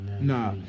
Nah